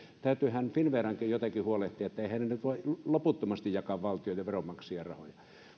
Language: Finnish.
täytyyhän finnverankin jotenkin huolehtia että eiväthän he nyt voi loputtomasti jakaa valtion ja veronmaksajien rahoja